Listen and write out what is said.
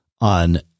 on